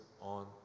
on